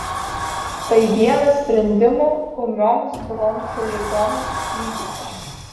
tai vienas sprendimų ūmioms bronchų ligoms gydyti